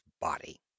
body